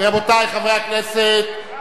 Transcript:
רבותי חברי הכנסת,